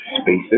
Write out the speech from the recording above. spaces